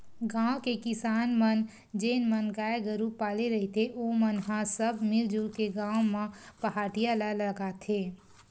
गाँव के किसान मन जेन मन गाय गरु पाले रहिथे ओमन ह सब मिलजुल के गाँव म पहाटिया ल लगाथे